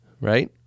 right